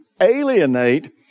alienate